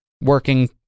working